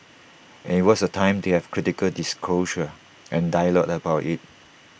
and IT was the time to have critical discourse and dialogue about IT